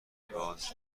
زیباست